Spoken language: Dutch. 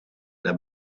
naar